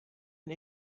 and